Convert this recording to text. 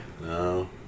No